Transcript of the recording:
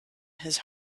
his